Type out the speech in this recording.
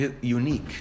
unique